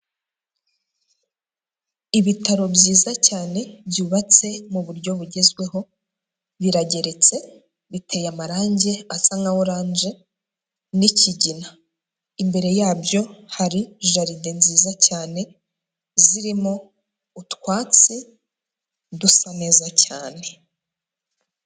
Ibitaro byiza cyane byubatse mu buryo bugezweho birageretse, biteye amarangi asa nka oranje n'ikigina, imbere yabyo hari jaride nziza cyane zirimo utwatsi dusa neza cyane.